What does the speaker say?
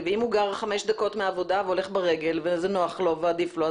ואם הוא גר חמש דקות מהעבודה והולך ברגל וזה נוח לו ועדיף לו,